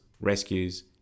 rescues